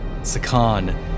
Sakan